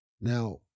Now